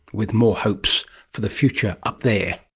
with more hopes for the future up there